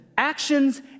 Actions